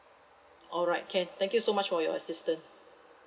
alright can thank you so much for your assistance